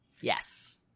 Yes